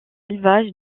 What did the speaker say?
élevage